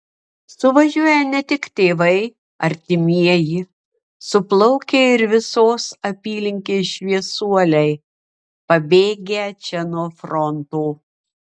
suvažiuoja ne tik tėvai artimieji suplaukia ir visos apylinkės šviesuoliai pabėgę čia nuo fronto